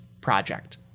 project